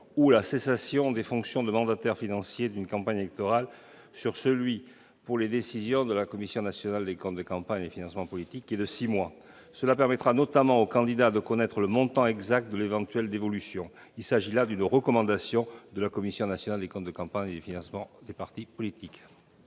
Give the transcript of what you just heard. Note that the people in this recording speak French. ou la cessation des fonctions du mandataire financier d'une campagne électorale sur celui applicable aux décisions de la Commission nationale des comptes de campagne et des financements politiques, qui est de six mois. Cela permettra notamment aux candidats de connaître le montant exact de l'éventuelle dévolution. Il s'agit là d'une recommandation de la Commission nationale des comptes de campagne et des financements politiques.